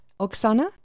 Oksana